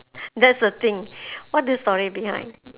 that's the thing what the story behind